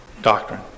doctrine